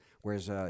Whereas